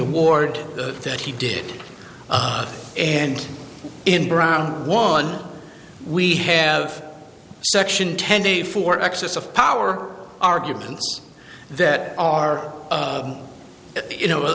award that he did and in brown one we have section ten day for excess of power arguments that are you know